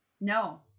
No